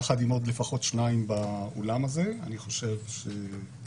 יחד עם עוד שניים לפחות באולם הזה אני חושב שתמי